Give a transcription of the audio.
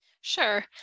sure